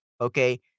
okay